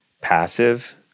passive